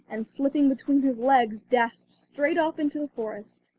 and slipping between his legs, dashed straight off into the forest.